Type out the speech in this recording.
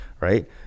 right